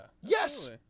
Yes